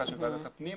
ועדת הפנים.